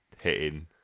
hitting